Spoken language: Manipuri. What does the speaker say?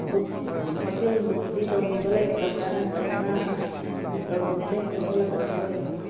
ꯕꯨꯛ ꯍꯣꯇꯦꯜ ꯕꯨꯛꯇꯤ ꯇꯧꯈꯤꯕ ꯂꯩꯈ꯭ꯔꯕ꯭ꯔ ꯅꯠꯇ꯭ꯔꯒꯅ ꯕꯨꯛ ꯇꯧꯗ꯭ꯔꯤꯉꯩꯗ ꯍꯦꯛꯇ ꯊꯣꯛꯂꯛꯀꯗꯕ ꯑꯣꯏꯔꯕ꯭ꯔ